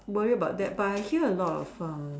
worried about that but I hear a lot of um